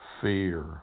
fear